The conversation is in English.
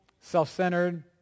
self-centered